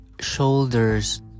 shoulders